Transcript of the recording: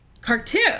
cartoon